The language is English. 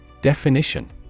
Definition